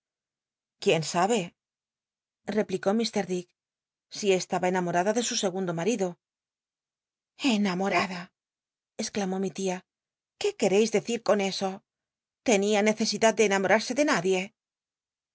quién sabe replicó mr dick si estaba enamorada de su segundo marido enamorada exclamó mi tia quó quereis decir con eso l'onia necesidad de enamorarsc de nadie